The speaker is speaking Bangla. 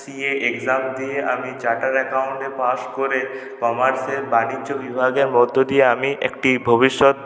সিএ এক্সাম দিয়ে আমি চার্টার্ড অ্যাকাউন্টে পাশ করে কমার্সের বাণিজ্য বিভাগের মধ্য দিয়ে আমি একটি ভবিষ্যৎ